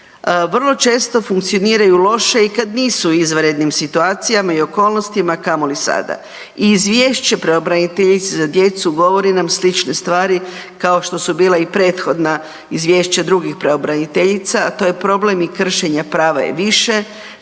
Vrlo često funkcioniraju loše i kad nisu u izvanrednim situacijama i okolnostima, a kamoli sada. Izvješće pravobraniteljice za djecu govori nam slične stvari kao što su bila i prethodna izvješća drugih pravobraniteljica, a to je problem kršenja prava je više,